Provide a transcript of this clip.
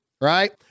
right